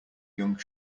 young